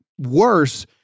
worse